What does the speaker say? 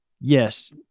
yes